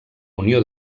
unió